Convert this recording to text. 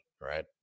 Right